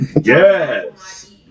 Yes